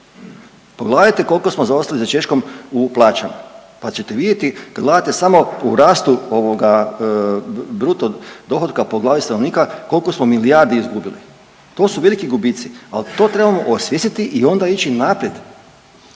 pogledajte koliko smo zaostali u Češkom u plaćama, pa ćete vidjeti kad gledate samo u rastu ovoga bruto dohotka po glavi stanovnika koliko smo milijardi izgubili. To su veliki gubici, ali to trebamo osvijestiti i ona ići naprijed